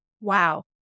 Wow